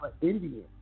Indian